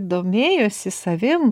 domėjosi savim